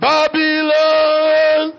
Babylon